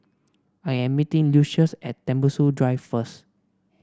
I am meeting Lucious at Tembusu Drive first